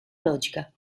logica